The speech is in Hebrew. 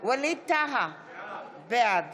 ווליד טאהא, בעד